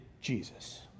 Jesus